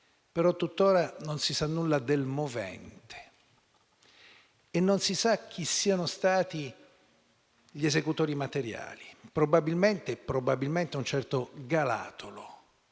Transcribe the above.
ma tuttora non si sa nulla del movente e non si sa chi siano stati gli esecutori materiali: probabilmente un certo Galatolo